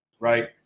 right